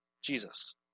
Jesus